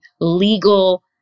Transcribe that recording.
legal